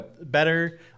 better